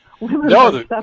No